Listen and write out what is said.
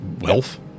Wealth